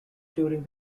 during